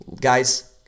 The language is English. guys